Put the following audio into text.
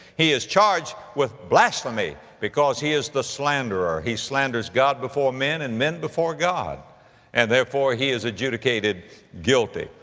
he is charged with blasphemy because he is the slanderer. he slanders god before men and men before god and therefore he is adjudicated guilty.